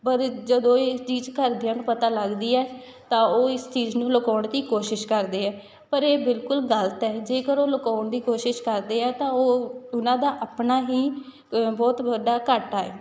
ਪਰ ਜਦੋਂ ਇਸ ਚੀਜ਼ ਘਰਦਿਆਂ ਨੂੰ ਪਤਾ ਲੱਗਦੀ ਹੈ ਤਾਂ ਉਹ ਇਸ ਚੀਜ਼ ਨੂੰ ਲੁਕਾਉਣ ਦੀ ਕੋਸ਼ਿਸ਼ ਕਰਦੇ ਆ ਪਰ ਇਹ ਬਿਲਕੁਲ ਗਲਤ ਹੈ ਜੇਕਰ ਉਹ ਲੁਕਾਉਣ ਦੀ ਕੋਸ਼ਿਸ਼ ਕਰਦੇ ਆ ਤਾਂ ਉਹ ਉਹਨਾਂ ਦਾ ਆਪਣਾ ਹੀ ਬਹੁਤ ਵੱਡਾ ਘਾਟਾ ਹੈ